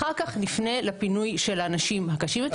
אחר כך נפנה לפינוי של האנשים הקשים יותר.